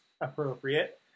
appropriate